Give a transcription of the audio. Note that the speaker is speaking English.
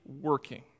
working